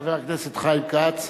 חבר הכנסת חיים כץ.